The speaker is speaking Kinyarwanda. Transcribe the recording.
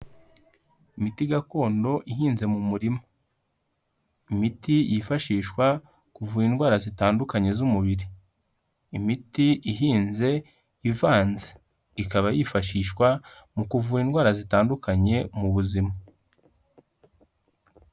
Imiti gakondo ihinze mu murima, imiti yifashishwa kuvura indwara zitandukanye z'umubiri, imiti ihinze ivanze ikaba yifashishwa mu kuvura indwara zitandukanye mu buzima.